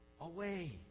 away